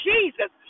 Jesus